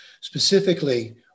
Specifically